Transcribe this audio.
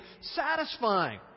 satisfying